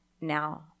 now